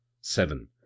Seven